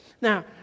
Now